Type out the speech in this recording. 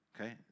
Okay